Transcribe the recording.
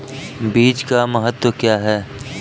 बीज का महत्व क्या है?